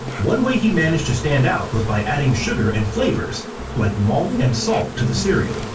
one way he managed to stand out was by adding sugar and flavors like malt and salt to the cereal.